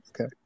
Okay